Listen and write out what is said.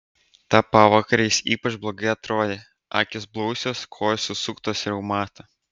tą pavakarę jis ypač blogai atrodė akys blausios kojos susuktos reumato